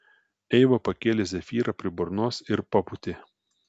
eiva pakėlė zefyrą prie burnos ir papūtė